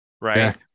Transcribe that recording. right